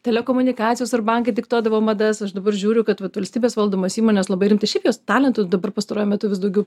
telekomunikacijos ir bankai diktuodavo madas aš dabar žiūriu kad vat valstybės valdomos įmonės labai rimtai šiaip jos talentus dabar pastaruoju metu vis daugiau